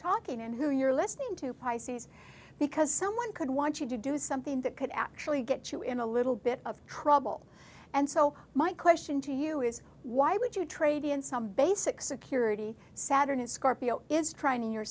talking and who you're listening to pisces because someone could want you to do something that could actually get you in a little bit of trouble and so my question to you is why would you trade in some basic security saturn a scorpio is trying to your